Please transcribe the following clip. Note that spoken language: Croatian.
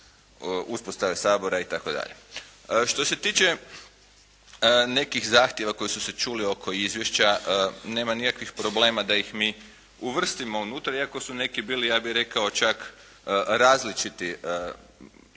uspostave Sabora itd.. Što se tiče, nekih zahtjeva koji su se čuli oko Izvješća. Nema nikakvih problema da ih mi uvrstimo unutra, iako su neki bili, ja bih rekao čak, različiti, jedno